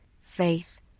faith